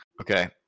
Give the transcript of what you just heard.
Okay